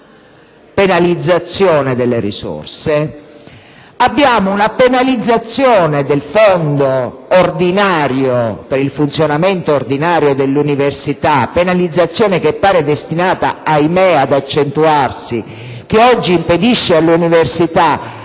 penalizzazione delle risorse. Abbiamo una penalizzazione del Fondo per il funzionamento ordinario dell'università (penalizzazione che pare destinata - ahimè - ad accentuarsi), che oggi impedisce alle università